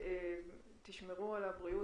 לאחר שקיבלנו את הסקירה,